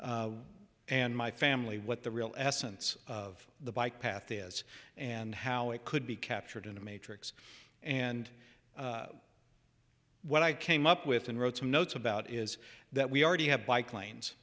me and my family what the real essence of the bike path is and how it could be captured in a matrix and what i came up with and wrote some notes about is that we already have bike lanes